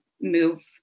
move